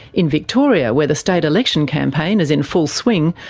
in victoria, where the state election campaign is in full swing,